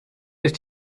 ist